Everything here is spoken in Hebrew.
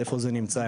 איפה זה נמצא?